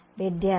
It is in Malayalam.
വിദ്യാർത്ഥി